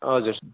हजुर